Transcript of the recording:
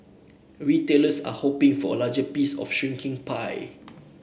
retailers are hoping for a larger piece of a shrinking pie